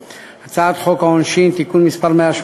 הצעת חוק ביטוח בריאות ממלכתי (תיקון מס' 56)